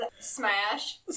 smash